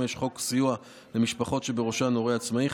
55. חוק סיוע למשפחות שבראשן הורה עצמאי,